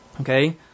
Okay